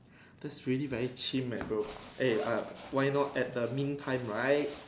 that's really very chim leh bro eh ah why not at the meantime right